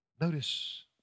Notice